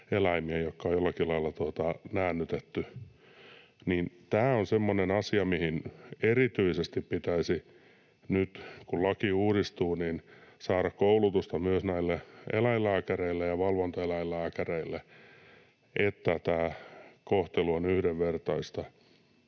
eläimiä, jotka on jollakin lailla näännytetty. Nyt kun laki uudistuu, tämä on semmoinen asia, mihin erityisesti pitäisi saada koulutusta eläinlääkäreille ja valvontaeläinlääkäreille, niin että tämä kohtelu on yhdenvertaista.